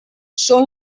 són